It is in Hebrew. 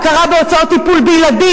זכרו לברכה,